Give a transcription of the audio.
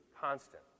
constant